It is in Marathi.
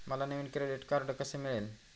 मला नवीन क्रेडिट कार्ड कसे मिळेल?